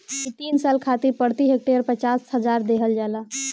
इ तीन साल खातिर प्रति हेक्टेयर पचास हजार देहल जाला